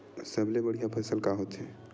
सबले बढ़िया फसल का होथे?